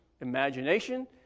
imagination